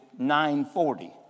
940